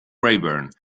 rayburn